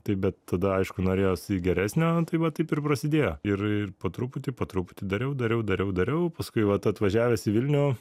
taip bet tada aišku norėjosi geresnio tai va taip ir prasidėjo ir ir po truputį po truputį dariau dariau dariau dariau paskui vat atvažiavęs į vilnių